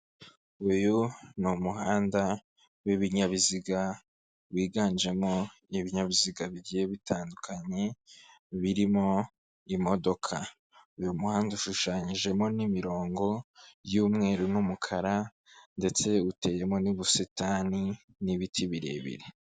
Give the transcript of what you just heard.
Uyu ni umuhanda w'ibinyabiziga wiganjemo ibinyabiziga bigiye bitandukanye, birimo imodoka. Uyu muhanda ushushanyijemo n'imirongo y'umweru n'umukara ndetse uteyemo n'ubusitani n'ibiti birebire.